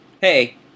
hey